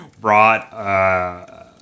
brought